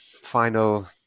final